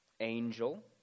angel